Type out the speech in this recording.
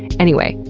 anyway,